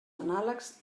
anàlegs